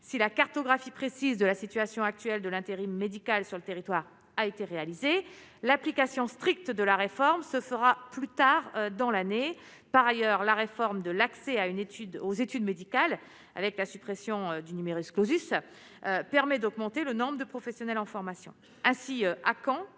si la cartographie précise de la situation actuelle de l'intérim médical sur le territoire a été réalisée l'application stricte de la réforme se fera plus tard dans l'année, par ailleurs, la réforme de l'accès à une étude aux études médicales, avec la suppression du numerus clausus permet d'augmenter le nombre de professionnels en formation assis à Caen